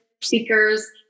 speakers